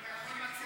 אתה יכול לעצור.